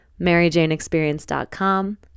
MaryJaneExperience.com